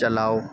چلاؤ